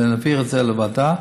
להעביר את זה לוועדה,